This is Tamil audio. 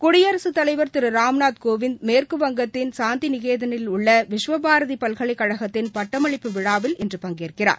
குடியரசுத் தலைவர் திரு ராம்நாத் கோவிந்த் மேற்குவங்கத்தின் சாந்திநிகேதனில் உள்ள விஸ்வபாரதி பல்கலைக்கழகத்தின் பட்டமளிப்பு விழாவில் இன்று பங்கேற்கிறார்